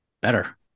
better